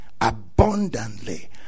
abundantly